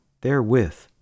therewith